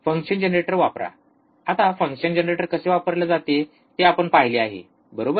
function generator वापरा आता function generator कसे वापरले जाते ते आपण पाहिले आहे बरोबर